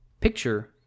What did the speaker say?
picture